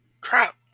Crap